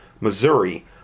Missouri